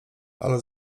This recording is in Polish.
ale